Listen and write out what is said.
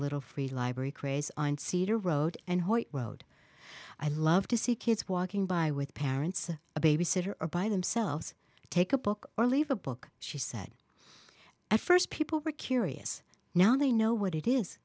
little free library craze on cedar road and hoyt world i love to see kids walking by with parents a babysitter or by themselves take a book or leave a book she said at first people were curious now they know what it is